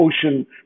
ocean